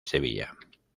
sevilla